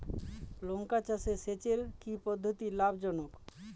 লঙ্কা চাষে সেচের কি পদ্ধতি লাভ জনক?